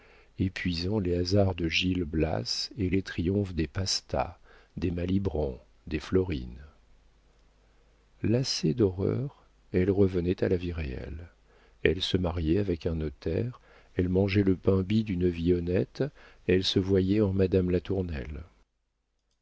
applaudie épuisant les hasards de gil blas et les triomphes des pasta des malibran des florine lassée d'horreurs elle revenait à la vie réelle elle se mariait avec un notaire elle mangeait le pain bis d'une vie honnête elle se voyait en madame latournelle